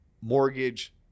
mortgage